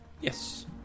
Yes